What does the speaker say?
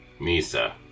Misa